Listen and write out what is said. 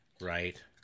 right